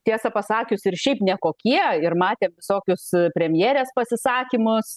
tiesą pasakius ir šiaip nekokie ir matė visokius premjerės pasisakymus